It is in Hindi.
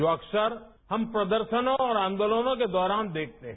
जो अक्सर हम प्रदर्शनों और आंदोलनों के दौरान देखते हैं